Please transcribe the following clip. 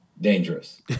dangerous